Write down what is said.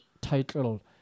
title